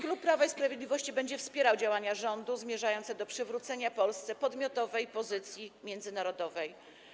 Klub Prawa i Sprawiedliwości będzie wspierał działania rządu zmierzające do przywrócenia Polsce podmiotowej pozycji międzynarodowej.